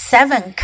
Seven